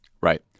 Right